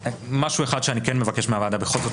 יש משהו אחד שאני כן מבקש מהוועדה בכל זאת